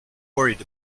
worried